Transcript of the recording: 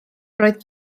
roedd